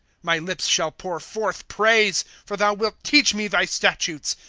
my lips shall pour forth praise for thou wilt teach me thy statutes.